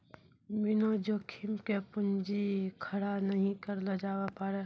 बिना जोखिम के पूंजी खड़ा नहि करलो जावै पारै